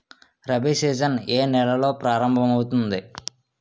Rabi season ఏ నెలలో ప్రారంభమౌతుంది?